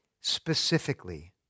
specifically